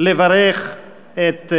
לברך את